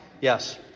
yes